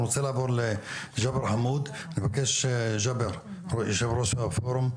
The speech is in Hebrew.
אני רוצה לעבור לג'בר חמוד יושב ראש הפורום,